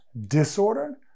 disorder